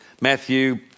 Matthew